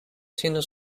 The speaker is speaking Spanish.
siendo